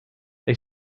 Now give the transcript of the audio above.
they